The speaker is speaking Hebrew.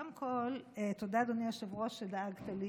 קודם כול, תודה, אדוני היושב-ראש, שדאגת לי,